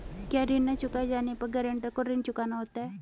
क्या ऋण न चुकाए जाने पर गरेंटर को ऋण चुकाना होता है?